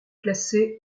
classés